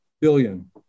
Billion